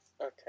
Okay